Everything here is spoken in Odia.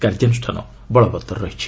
କାର୍ଯ୍ୟାନୁଷ୍ଠାନ ବଳବତ୍ତର ରହିଛି